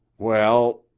well,